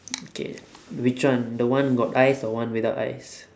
okay which one the one got ice or one without ice